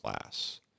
class